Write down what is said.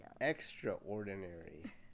extraordinary